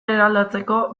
eraldatzeko